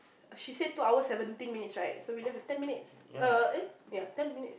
she say two hours seventeen minutes right so we left with ten minutes err eh yeah ten minutes